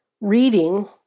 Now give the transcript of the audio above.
reading